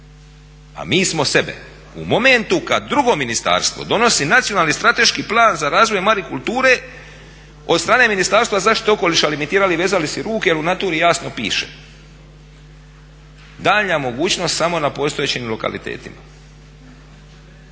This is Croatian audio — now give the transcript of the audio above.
A mi smo sebe u momentu kada drugo ministarstvo donosi nacionalni strateški plan za razvoj marikulture od strane Ministarstva zaštite okoliša limitirali i vezali si ruke jer u Naturi jasno piše. Daljnja mogućnost samo na postojećim lokalitetima.